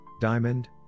diamond